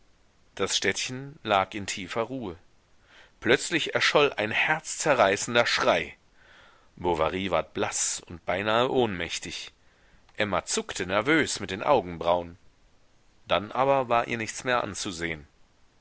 das städtchen lag in tiefer ruhe plötzlich erscholl ein herzzerreißender schrei bovary ward blaß und beinahe ohnmächtig emma zuckte nervös mit den augenbrauen dann aber war ihr nichts mehr anzusehen